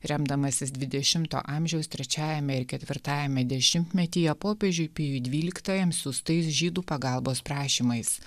remdamasis dvidešimto amžiaus trečiajame ir ketvirtajame dešimtmetyje popiežiui pijui dvyliktajam siųstais žydų pagalbos prašymais